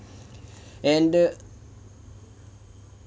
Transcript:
and the